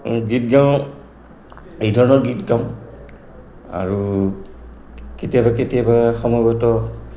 গীত গাওঁ এই ধৰণৰ গীত গাওঁ আৰু কেতিয়াবা কেতিয়াবা সময়গত